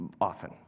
often